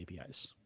APIs